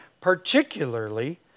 particularly